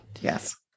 yes